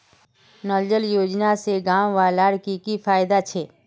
नल जल योजना से गाँव वालार की की फायदा छे?